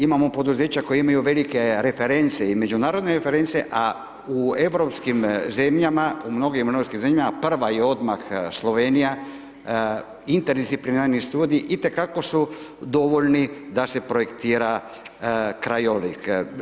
Imamo poduzeća koje imaju velike reference i međunarodne reference, a u europskim zemljama, u mnogim europskim zemljama, prva je odmah Slovenija, interdisciplinarni studij itekako su dovoljni da se projektira krajolik.